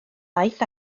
aeth